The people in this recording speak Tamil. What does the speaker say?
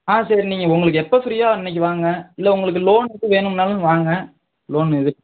ஆ சரி நீங்கள் உங்களுக்கு எப்போ ஃப்ரீயோ அன்னிக்கு வாங்க இல்லை உங்களுக்கு லோன் எதுவும் வேணுன்னாலும் வாங்க லோன் எது